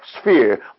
sphere